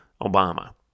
Obama